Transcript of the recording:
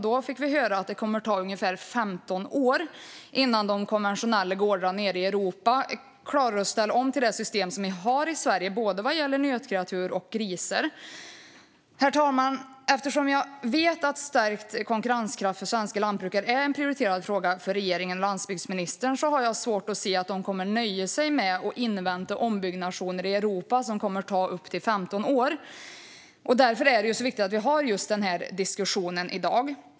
Då fick vi höra att det kommer att ta ungefär 15 år innan de konventionella gårdarna i Europa klarar att ställa om till det system vi har i Sverige, och det gäller både nötkreatur och grisar. Herr talman! Eftersom jag vet att stärkt konkurrenskraft för svenska lantbrukare är en prioriterad fråga för regeringen och landsbygdsministern har jag svårt att se att de kommer att nöja sig med att invänta ombyggnationer i Europa som tar upp till 15 år. Därför är det viktigt att vi har denna diskussion i dag.